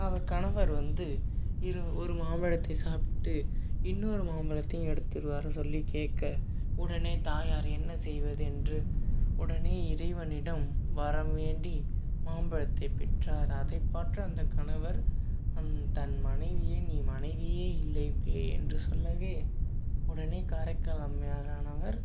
அவர் கணவர் வந்து இரு ஒரு மாம்பழத்தை சாப்பிட்டு இன்னொரு மாம்பழத்தையும் எடுத்துட்டு வர சொல்லி கேட்க உடனே தாயாரு என்ன செய்வது என்று உடனே இறைவனிடம் வரம் வேண்டி மாம்பழத்தை பெற்றார் அதை பாற்ற அந்த கணவர் அன் தன் மனைவியை நீ மனைவியே இல்லை பேய் என்று சொல்லவே உடனே காரைக்கால் அம்மையாரானவர்